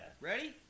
Ready